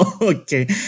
Okay